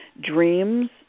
dreams